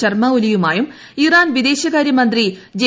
ശർമ്മ ഒലിയുമായും ഇറാൻ വിദേശകാരൃമന്ത്രി ജെ